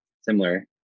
similar